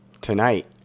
Tonight